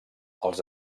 els